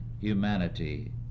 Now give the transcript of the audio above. humanity